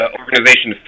organization